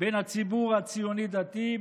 בין הציבור הציוני-דתי,